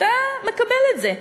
ואתה מקבל את זה.